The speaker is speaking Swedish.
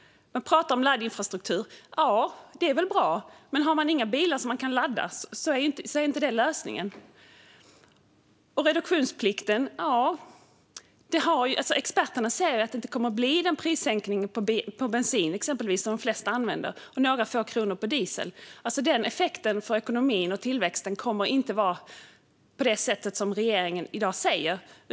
Man pratar om laddinfrastruktur. Ja, det är väl bra, men om man inte har några bilar som man kan ladda är det ju inte lösningen. Och när det gäller reduktionsplikten säger experterna att det inte kommer att bli någon prissänkning på exempelvis bensin, som de flesta använder, och bara med några få kronor på diesel. Effekten på ekonomin och tillväxten kommer inte att vara på det sätt som regeringen i dag säger.